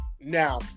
now